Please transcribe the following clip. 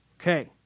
Okay